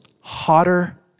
hotter